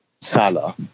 Salah